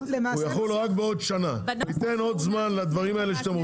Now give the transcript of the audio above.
ניתן עוד זמן לדברים האלה שאתם רוצים.